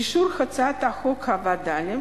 אישור הצעת חוק הווד”לים